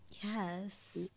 Yes